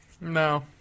no